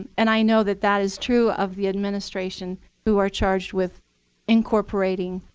and i know that that is true of the administration who are charged with incorporating